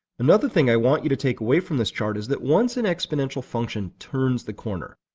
another thing i want you to take away from this chart is that once an exponential function turns the corner,